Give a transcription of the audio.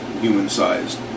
human-sized